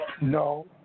No